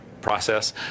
process